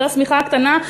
זו השמיכה הקטנה.